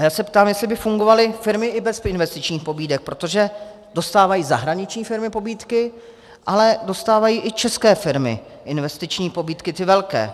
A já se ptám, jestli by fungovaly firmy i bez investičních pobídek, protože dostávají zahraniční firmy pobídky, ale dostávají i české firmy investiční pobídky, ty velké.